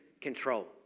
control